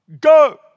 Go